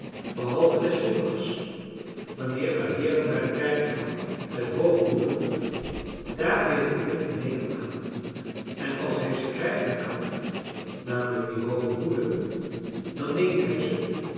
behalve des zondags wanneer er heeren naar de kerk gaan met hooge hoeden op daar heeft de wind een hekel aan en als hij ze krijgen kan namelijk die hooge hoeden dan neemt hij ze